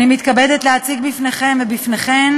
אני מתכבדת להציג בפניכם ובפניכן